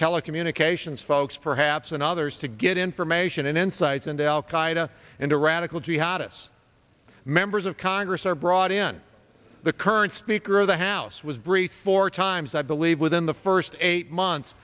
telecommunications folks perhaps and others to get information and insights into al qaeda and a radical jihadists members of congress are brought in the current speaker of the house was briefed four times i believe within the first eight months